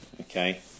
okay